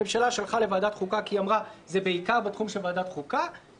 הממשלה שלחה לוועדת חוקה כי אמרה שזה בעיקר בתחום של ועדת חוקה,